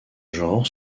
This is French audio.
genre